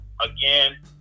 Again